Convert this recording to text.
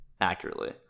accurately